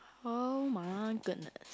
oh-my-goodness